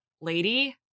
lady